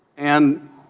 and